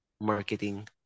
marketing